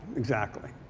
exactly.